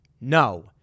No